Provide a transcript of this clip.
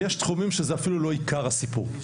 ויש תחומים שזה אפילו לא עיקר הסיפור,